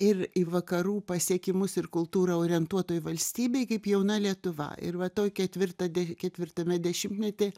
ir į vakarų pasiekimus ir kultūrą orientuotoj valstybėj kaip jauna lietuva ir va toj ketvirta de ketvirtame dešimtmety